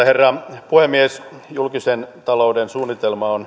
herra puhemies julkisen talouden suunnitelma on